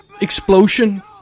explosion